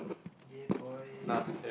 !yay! boy